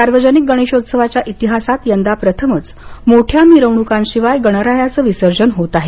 सार्वजनिक गणेशोत्सवाच्या इतिहासात यंदा प्रथमच मोठय मिरवणुकीशिवाय गणरायाचं विसर्जन होत आहे